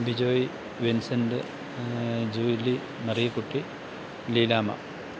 Bijoy Vincent Julie Mariyakutty Leelamma